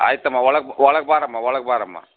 ಆಯಿತಮ್ಮ ಒಳಗೆ ಒಳಗೆ ಬಾರಮ್ಮ ಒಳಗೆ ಬಾರಮ್ಮ